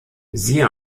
siehe